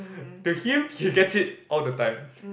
to him he gets it all the time